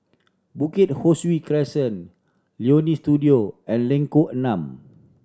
Bukit Ho Swee Crescent Leonie Studio and Lengkok Enam